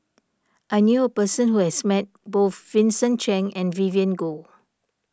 I knew a person who has met both Vincent Cheng and Vivien Goh